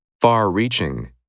Far-reaching